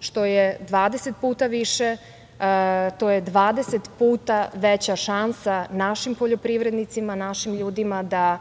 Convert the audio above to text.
što je 20 puta više, to je 20 puta veća šansa našim poljoprivrednicima, našim ljudima da